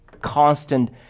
constant